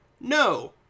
No